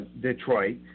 Detroit